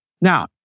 now